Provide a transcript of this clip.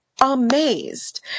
amazed